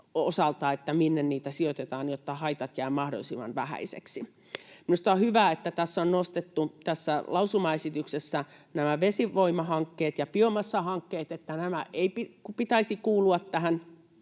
osalta, minne niitä sijoitetaan, jotta haitat jäävät mahdollisimman vähäisiksi. Minusta on hyvä, että tässä lausumaesityksessä on nostettu nämä vesivoimahankkeet ja biomassahankkeet, se, että näiden ei pitäisi kuulua tämän